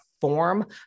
form